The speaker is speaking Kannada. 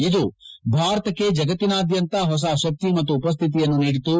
ಇದು ಭಾರತಕ್ಕೆ ಜಗತ್ತಿನಾದ್ದಂತ ಹೊಸ ಶಕ್ತಿ ಮತ್ತು ಉಪಶ್ಮಿತಿಯನ್ನು ನೀಡಿತು